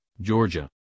Georgia